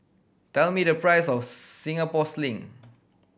tell me the price of Singapore Sling